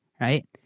right